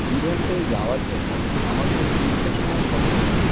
ইভেন্টে যাওয়ার জন্য আমাকে তিনটের সময় সতর্ক করো